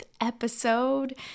episode